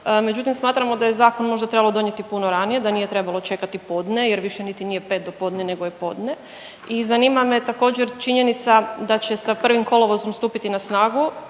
Međutim, smatramo da je zakon možda trebalo donijeti puno ranije, da nije trebalo čekati podne jer više niti nije pet do podne nego je podne. I zanima me također činjenica da će sa 1. kolovozom stupiti na snagu